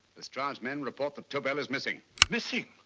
lestrade's men report that tobel is missing. missing?